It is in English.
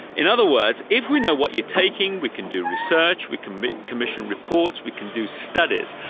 in other words, if we know what you're taking, we can do research, we can commission reports, we can do studies.